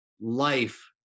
life